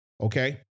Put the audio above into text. okay